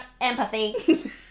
empathy